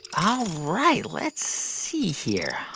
ah right. let's see here.